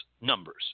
numbers